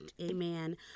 Amen